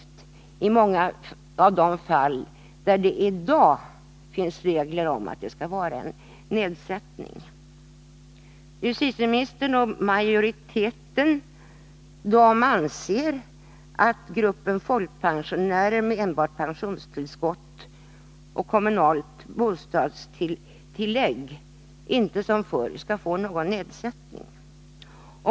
Detta gäller i många av de fall där det i dag finns regler som ger möjlighet till nedsättning. Justitieministern och utskottsmajoriteten anser att gruppen folkpensionärer med enbart pensionstillskott och kommunalt bostadstillägg inte som förr skall få någon nedsättning.